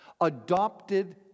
adopted